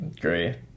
Great